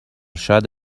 شاید